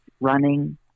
running